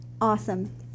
awesome